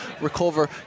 recover